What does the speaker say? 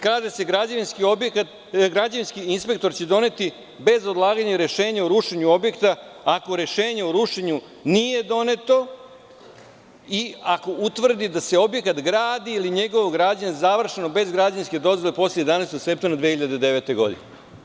Kaže se: „Građevinski inspektor će doneti bez odlaganja rešenje o rušenju objekta ako rešenje o rušenju nije doneto i ako utvrdi da se objekat gradi ili je njegovo građenje završeno bez građevinske dozvole posle 11. septembra 2009. godine“